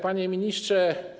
Panie Ministrze!